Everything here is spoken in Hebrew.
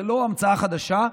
זו לא המצאה חדשה,